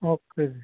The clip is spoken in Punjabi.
ਓਕੇ ਜੀ